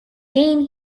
game